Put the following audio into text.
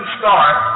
start